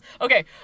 Okay